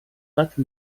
pat